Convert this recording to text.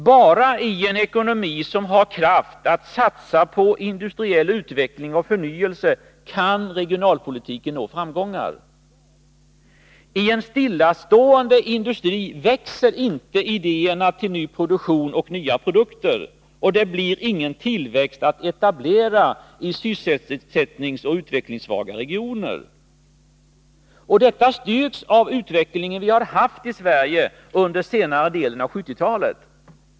Bara i en ekonomi som har kraft att satsa på industriell utveckling och förnyelse kan regionalpolitiken nå framgångar. I en stillastående industri växer inte idéerna till ny produktion och nya produkter, och det blir ingen tillväxt så att man kan göra etableringar i sysselsättningsoch utvecklingssvaga regioner. Detta styrks av den utveckling vi har haft i Sverige under senare delen av 1970-talet.